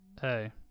Hey